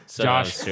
Josh